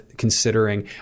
considering